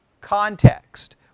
context